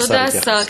תודה, השר.